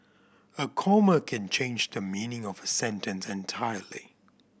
a comma can change the meaning of a sentence entirely